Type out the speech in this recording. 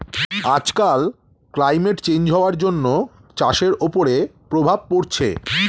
আজকাল climate change হওয়ার জন্য চাষের ওপরে প্রভাব পড়ছে